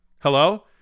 Hello